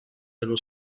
dello